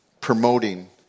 promoting